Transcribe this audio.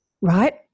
Right